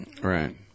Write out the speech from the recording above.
Right